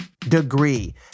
degree